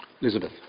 Elizabeth